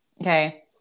Okay